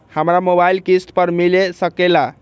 हमरा मोबाइल किस्त पर मिल सकेला?